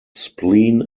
spleen